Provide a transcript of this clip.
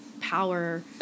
power